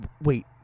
wait